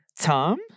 Tom